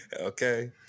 Okay